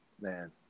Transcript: man